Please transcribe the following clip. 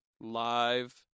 live